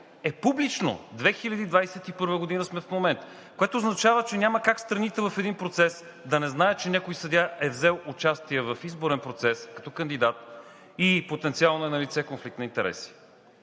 е публично. 2021 г. сме в момента, което означава, че няма как страните в един процес да не знаят, че някой съдия е взел участие в изборен процес като кандидат и потенциално е налице конфликт на интереси.